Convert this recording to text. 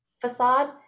facade